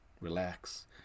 relax